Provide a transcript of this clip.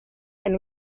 and